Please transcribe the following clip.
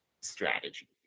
strategy